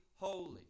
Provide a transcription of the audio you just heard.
holy